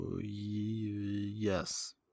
yes